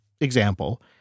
example